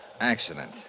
Accident